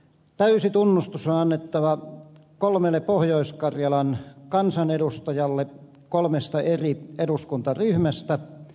täysi tunnustus on annettava kolmelle pohjois karjalan kansanedustajalle kolmesta eri eduskuntaryhmästä